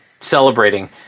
celebrating